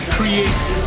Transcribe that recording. creates